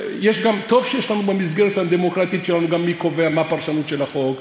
טוב שיש לנו במסגרת הדמוקרטית שלנו גם מי קובע מה הפרשנות של החוק.